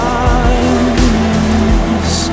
eyes